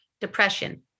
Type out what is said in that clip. depression